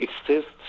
exists